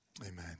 Amen